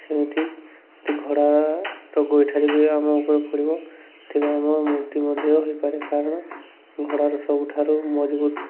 ସେମିତି ଯଦି ଘୋଡ଼ାର ଗୋଇଠାରେ ଯଦି ଆମ ଉପରେ ପଡ଼ିବ ତେବେ ଆମ ମୃତ୍ୟୁ ମଧ୍ୟ ହୋଇପାରେ କାରଣ ଘୋଡ଼ାର ସବୁଠାରୁ ମଜବୁତ